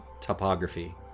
Topography